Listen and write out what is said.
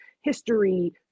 history